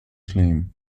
claim